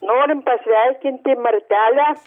norim pasveikinti martelę